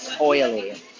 oily